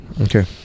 Okay